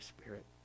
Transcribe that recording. spirit